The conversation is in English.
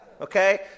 Okay